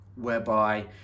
whereby